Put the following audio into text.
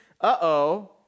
Uh-oh